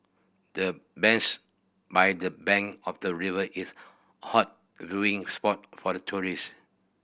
the bench by the bank of the river is a hot viewing spot for the tourist